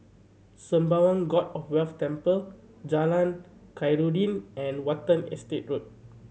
Sembawang God of Wealth Temple Jalan Khairuddin and Watten Estate Road